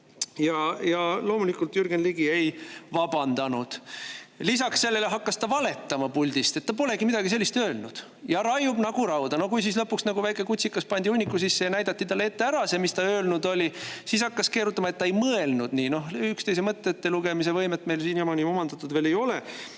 Loomulikult, Jürgen Ligi ei vabandanud. Lisaks sellele hakkas ta valetama puldist, et ta polegi midagi sellist öelnud, ja raiub nagu rauda. No kui siis lõpuks nagu väike kutsikas pandi hunniku sisse ja näidati talle ette ära see, mis ta öelnud oli, siis hakkas keerutama, et ta ei mõelnud nii. Üksteise mõtete lugemise võimet meil siiamaani omandatud veel ei ole